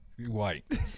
White